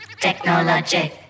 technologic